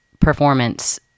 performance